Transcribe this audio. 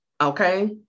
Okay